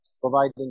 providing